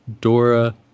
Dora